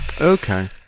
Okay